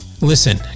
listen